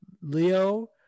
Leo